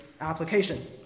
application